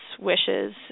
wishes